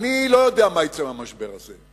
אני לא יודע מה יצא מהמשבר הזה.